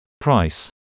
Price